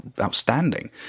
outstanding